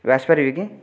ଏବେ ଆସି ପାରିବିକି